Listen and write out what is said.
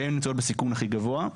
שהן נמצאות בסיכון הכי גבוה.